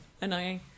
Annoying